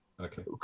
Okay